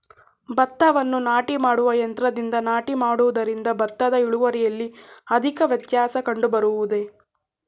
ಭತ್ತವನ್ನು ನಾಟಿ ಮಾಡುವ ಯಂತ್ರದಿಂದ ನಾಟಿ ಮಾಡುವುದರಿಂದ ಭತ್ತದ ಇಳುವರಿಯಲ್ಲಿ ಅಧಿಕ ವ್ಯತ್ಯಾಸ ಕಂಡುಬರುವುದೇ?